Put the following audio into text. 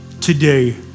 today